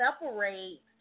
separate